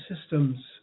systems